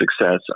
success